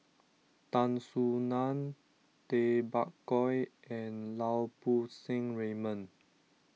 Tan Soo Nan Tay Bak Koi and Lau Poo Seng Raymond